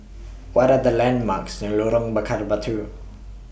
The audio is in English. What Are The landmarks near Lorong Bakar Batu